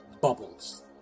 bubbles